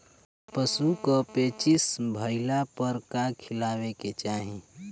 पशु क पेचिश भईला पर का खियावे के चाहीं?